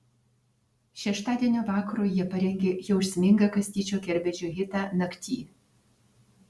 šeštadienio vakarui jie parengė jausmingą kastyčio kerbedžio hitą nakty